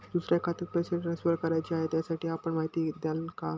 दुसऱ्या खात्यात पैसे ट्रान्सफर करायचे आहेत, त्यासाठी आपण माहिती द्याल का?